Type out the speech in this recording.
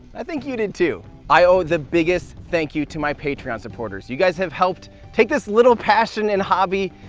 i think you did too. i owe the biggest thank you to my patreon supporters, you guys have helped take this little passion and hobby,